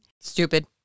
Stupid